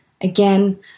again